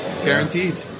Guaranteed